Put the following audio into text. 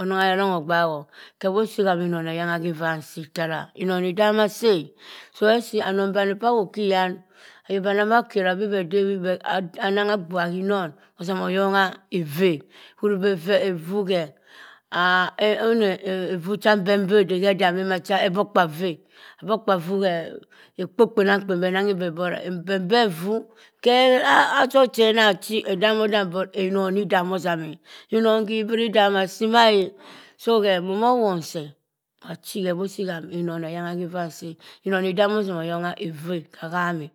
onong aya onong ogbaho khewo sii inon ham eyengha ivaa nsii tam inon idama asii e. Sii weh sii anong bani p’uweh wop khi iyan. Ayok banne ma keri bii beh debim anangha agbuha ha inon oyongha evuu e. Ohuribi evuu khe, ona evuu chah mbembe ode khedami macha ebokpa vuue. Ebokpa vuu khe, ekpo kpenamkpen beh nanghe but ebembe vuu, khe azok che anna chi, edamodam but inon zidom ozam eh. Inon ghi ibri damm asii mah e. So khe momo won seh achi. Khe wo sii ham inon eyangha waa nsii e. Inon idam ozam eyongha evuu e, haham e.